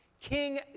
King